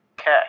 Okay